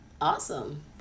Awesome